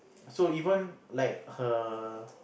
so even like her